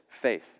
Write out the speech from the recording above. faith